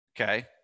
okay